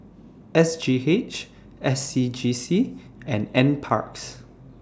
S G H S C G C and NParks